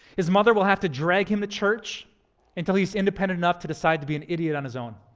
his mother will have to drag him to church until he's independent enough to decide to be an idiot on his own.